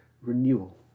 renewal